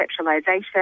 conceptualization